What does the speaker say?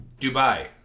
Dubai